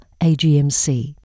AGMC